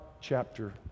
chapter